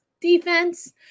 Defense